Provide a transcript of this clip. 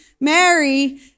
Mary